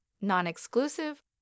non-exclusive